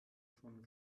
von